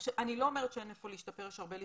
אני לא אומרת שאין היכן להשתפר, יש הרבה להשתפר.